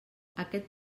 aquest